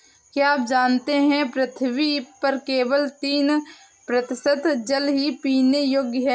क्या आप जानते है पृथ्वी पर केवल तीन प्रतिशत जल ही पीने योग्य है?